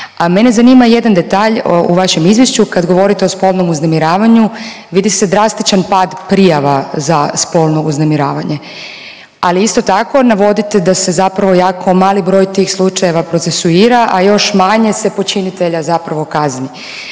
Mene zanima jedan detalj u vašem izvješću kad govorite o spolnom uznemiravanju. Vidi se drastičan pad prijava za spolno uznemiravanje. Ali isto tako navodite da se zapravo jako mali broj tih slučajeva procesuira, a još manje se počinitelja zapravo kazni